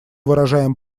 выражаем